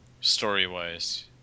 story-wise